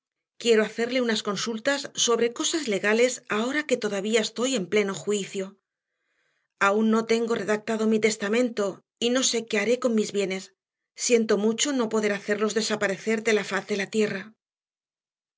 quiero hacerle unas consultas sobre cosas legales ahora que todavía estoy en pleno juicio aún no tengo redactado mi testamento y no sé qué haré con mis bienes siento mucho no poder hacerlos desaparecer de la faz de la tierra